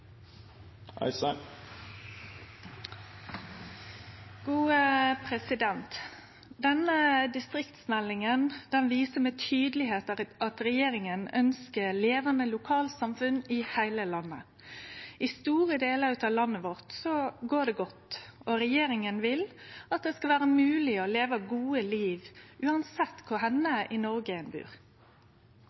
Denne distriktsmeldinga viser tydeleg at regjeringa ønskjer levande lokalsamfunn i heile landet. I store delar av landet vårt går det godt, og regjeringa vil at det skal vere mogeleg å leve gode liv – uansett kvar i Noreg ein bur.